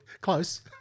Close